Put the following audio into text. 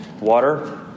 water